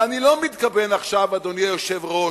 ואני לא מתכוון עכשיו, אדוני היושב-ראש,